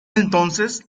entonces